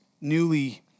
newly